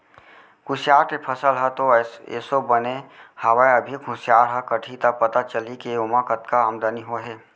कुसियार के फसल ह तो एसो बने हवय अभी कुसियार ह कटही त पता चलही के ओमा कतका आमदनी होय हे